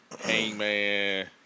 Hangman